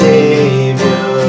Savior